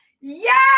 yes